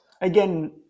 again